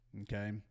Okay